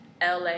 la